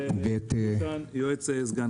--- יועץ הסגן.